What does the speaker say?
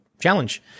challenge